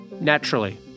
Naturally